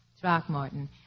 Throckmorton